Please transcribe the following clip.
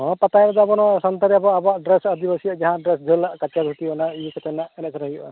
ᱦᱳᱭ ᱯᱟᱛᱟ ᱮᱱᱮᱡ ᱫᱚ ᱟᱵᱚ ᱱᱚᱣᱟ ᱥᱟᱱᱛᱟᱲᱤ ᱟᱵᱚᱣᱟᱜ ᱟᱵᱚᱣᱟᱜ ᱰᱨᱮᱥ ᱟᱹᱫᱤᱵᱟᱹᱥᱤᱭᱟᱜ ᱡᱟᱦᱟᱸ ᱰᱨᱮᱥ ᱡᱷᱟᱹᱞᱟᱜ ᱠᱟᱸᱪᱟ ᱫᱷᱩᱛᱤ ᱤᱭᱟᱹ ᱠᱟᱛᱮᱫ ᱮᱱᱮᱥᱡ ᱥᱮᱨᱮᱧ ᱦᱩᱭᱩᱜᱼᱟ